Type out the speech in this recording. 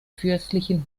fürstlichen